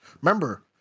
Remember